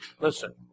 Listen